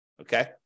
Okay